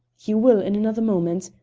you will in another moment.